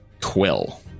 Quill